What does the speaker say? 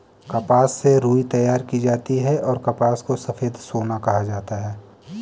कपास से रुई तैयार की जाती हैंऔर कपास को सफेद सोना कहा जाता हैं